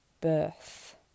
birth